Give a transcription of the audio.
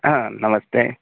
हा नमस्ते